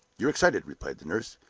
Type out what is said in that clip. you're excited, replied the nurse.